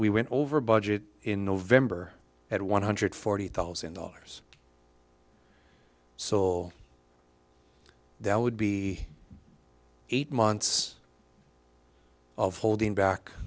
we went over budget in november at one hundred forty thousand dollars so that would be eight months of holding back